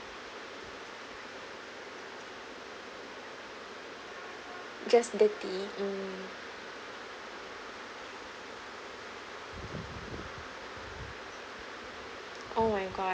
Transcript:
just dirty mm oh my god